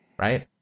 right